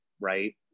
right